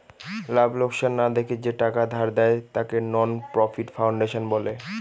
লাভ লোকসান না দেখে যে টাকা ধার দেয়, তাকে নন প্রফিট ফাউন্ডেশন বলে